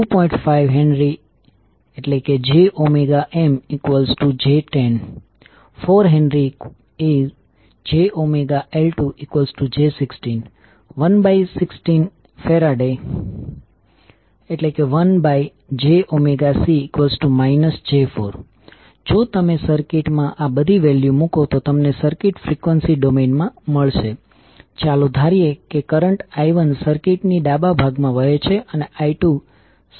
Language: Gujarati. તેથી જો કરંટ કોઇલના તે ડોટેડ ટર્મિનલ તરફથી પ્રવેશ કરે તો ચુંબકીય ફ્લક્સ ની દિશા સૂચવવા માટે આ કન્વેન્શન દ્વારા ડોટને સર્કિટમાં 2 મેગ્નેટિકલી કપલ્ડ કોઈલમાંથી દરેકના એક એન્ડ પર મુકવામા આવે છે